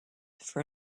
for